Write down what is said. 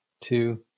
Two